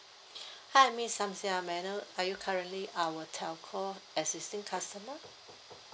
hi miss samsiah may I know are you currently our telco existing customer